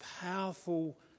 powerful